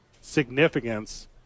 significance